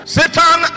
satan